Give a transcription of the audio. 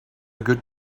good